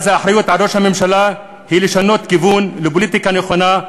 האחריות על ראש הממשלה היא לשנות כיוון לפוליטיקה נכונה,